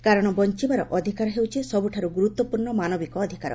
କାରଣ ବଞ୍ଚବାର ଅଧିକାର ହେଉଛି ସବୁଠୁ ଗୁରୁତ୍ୱପୂର୍ଣ୍ଣ ମାନବିକ ଅଧିକାର